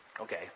Okay